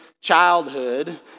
childhood